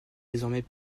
désormais